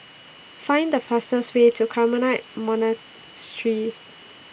Find The fastest Way to Carmelite Monastery